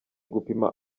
gupima